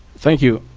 thank you.